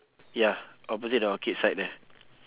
ya opposite the orchid side there